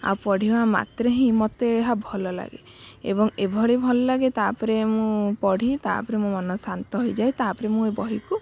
ଆଉ ପଢ଼ିବା ମାତ୍ରେ ହିଁ ମୋତେ ଏହା ଭଲ ଲାଗେ ଏବଂ ଏଭଳି ଭଲ ଲାଗେ ତା'ପରେ ମୁଁ ପଢ଼ି ତା'ପରେ ମୁଁ ମନ ଶାନ୍ତ ହେଇଯାଏ ତା'ପରେ ମୁଁ ଏ ବହିକୁ